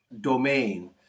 domain